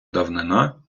давнина